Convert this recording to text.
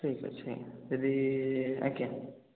ଠିକ୍ ଅଛି ଆଜ୍ଞା ଯଦି ଆଜ୍ଞା